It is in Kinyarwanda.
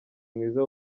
mwiza